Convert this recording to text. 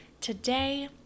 today